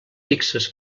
fixos